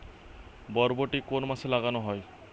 বরবটি কোন মাসে লাগানো হয়?